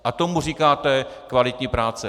A tomu říkáte kvalitní práce.